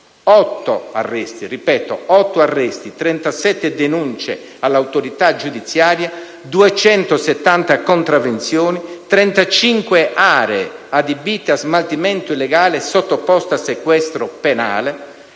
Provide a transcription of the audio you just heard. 8 arresti), 37 denunce all'autorità giudiziaria, 270 contravvenzioni, 35 aree adibite a smaltimento illegale sottoposte a sequestro penale,